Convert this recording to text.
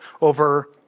over